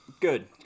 Good